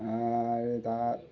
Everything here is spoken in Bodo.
आरो दा